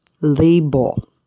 label